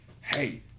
hey